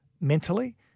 mentally